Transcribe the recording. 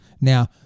Now